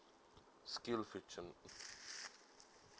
skillsfuture